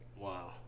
wow